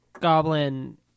Goblin